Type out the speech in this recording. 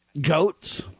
goats